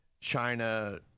China